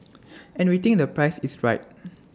and we think the price is right